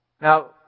Now